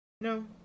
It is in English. No